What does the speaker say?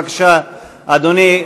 בבקשה, אדוני.